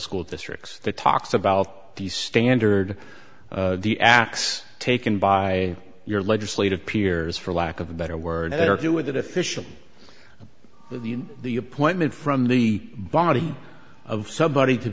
school districts that talks about the standard the x taken by your legislative peers for lack of a better word argue with that official with the appointment from the body of somebody to